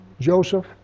Joseph